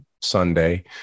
Sunday